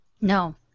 No